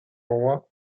roi